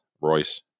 Royce